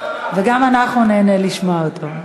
גם אנחנו ניהנה לשמוע אותו.